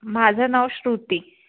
माझं नाव श्रुती